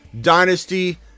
Dynasty